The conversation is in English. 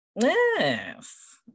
Yes